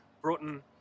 broughton